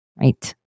right